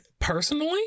personally